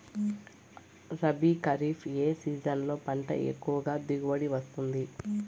రబీ, ఖరీఫ్ ఏ సీజన్లలో పంట ఎక్కువగా దిగుబడి వస్తుంది